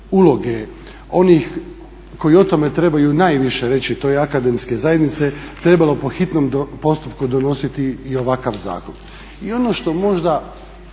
uloge onih koji o tome trebaju najviše reći, to je akademske zajednice trebalo po hitnom postupku donositi i ovakav zakon. I ono što možda